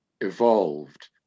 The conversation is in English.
evolved